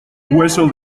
hueso